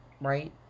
right